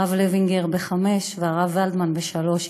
הרב לוינגר, ב-5 והרב ולדמן, ב-3.